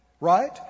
Right